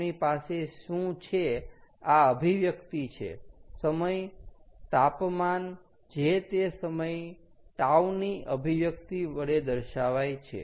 આપણી પાસે શું છે આ અભિવ્યક્તિ છે સમય તાપમાન જે તે સમય τ ની અભિવ્યક્તિ દર્શવાય છે